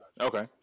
Okay